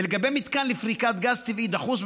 ולגבי מתקן לפריקת גז טבעי דחוס,